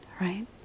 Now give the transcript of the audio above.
right